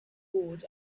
awed